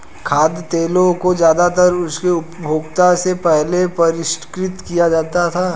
खाद्य तेलों को ज्यादातर उनके उपभोग से पहले परिष्कृत किया जाता है